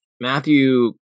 Matthew